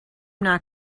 not